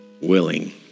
willing